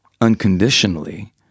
unconditionally